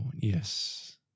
yes